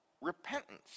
repentance